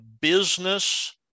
business